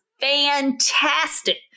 fantastic